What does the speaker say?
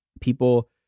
people